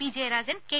P Jayarajan K